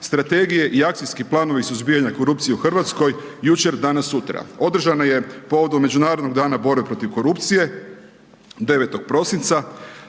Strategije i akcijski planovi suzbijanja korupcije u Hrvatskoj, jučer, danas, sutra. Održana je povodom Međunarodnog dana borbe protiv korupcije, 9. prosinca,